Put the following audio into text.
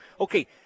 Okay